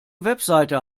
website